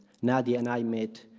nadia and i met